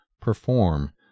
perform